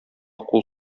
кул